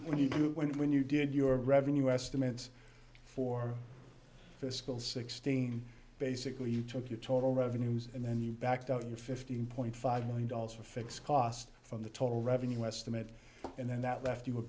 when you when you when you did your revenue estimates for fiscal sixteen basically you took your total revenues and then you backed out your fifteen point five million dollars for fixed cost from the total revenue estimate and then that left you a